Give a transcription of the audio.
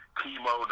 chemo